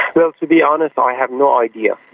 well, to be honest i have no idea.